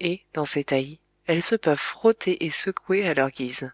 et dans ces taillis elles se peuvent frotter et secouer à leur guise